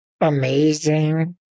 amazing